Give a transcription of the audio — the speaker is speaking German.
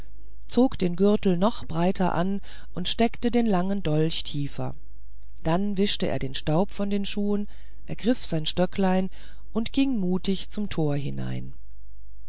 zog den gürtel noch breiter an und steckte den langen dolch schiefer dann wischte er den staub von den schuhen ergriff sein stöcklein und ging mutig zum tor hinein